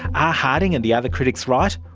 are harding and the other critics right?